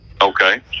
Okay